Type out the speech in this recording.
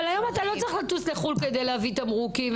אבל היום לא צריך לטוס לחו"ל כדי להביא תמרוקים.